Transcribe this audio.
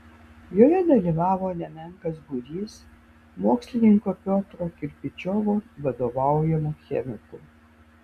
joje dalyvavo nemenkas būrys mokslininko piotro kirpičiovo vadovaujamų chemikų